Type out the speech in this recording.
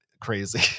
crazy